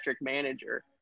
manager